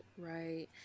right